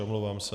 Omlouvám se.